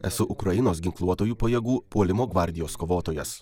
esu ukrainos ginkluotųjų pajėgų puolimo gvardijos kovotojas